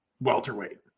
welterweight